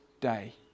day